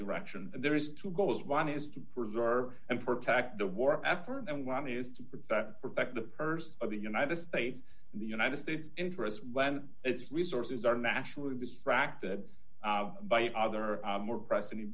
direction there is two goals one is to preserve and protect the war effort and one is to protect protect the purse of the united states and the united states interests when its resources are nationally distracted by other more pressing